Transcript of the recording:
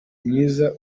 myiza